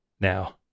Now